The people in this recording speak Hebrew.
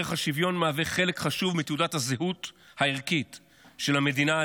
ערך השוויון מהווה חלק חשוב מתעודת הזהות הערכית של המדינה,